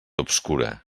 obscura